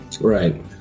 Right